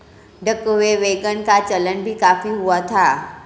ढके हुए वैगन का चलन भी काफी हुआ था